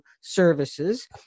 services